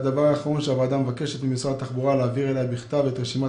הוועדה מבקשת ממשרד התחבורה להעביר לה בכתב את רשימת